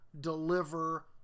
deliver